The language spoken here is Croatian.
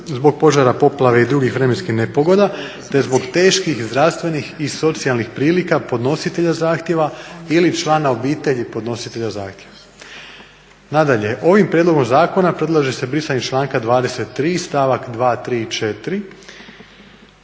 zbog požara, poplave i drugih vremenskih nepogoda, te zbog teških zdravstvenih i socijalnih prilika podnositelja zahtjeva ili člana obitelji podnositelja zahtjeva. Nadalje, ovim prijedlogom zakona predlaže se brisanje članka 23. stavak 2.,